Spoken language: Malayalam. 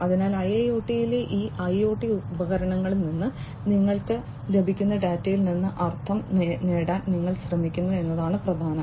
അതിനാൽ IIoT യിലെ ഈ IoT ഉപകരണങ്ങളിൽ നിന്ന് നിങ്ങൾക്ക് ലഭിക്കുന്ന ഡാറ്റയിൽ നിന്ന് അർത്ഥം നേടാൻ നിങ്ങൾ ശ്രമിക്കുന്നു എന്നതാണ് പ്രധാനം